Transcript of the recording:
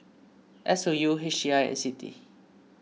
S O U H I and Citi